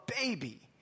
baby